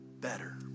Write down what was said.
better